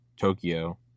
Tokyo